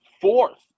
Fourth